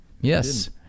Yes